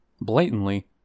blatantly